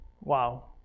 wow